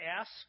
ask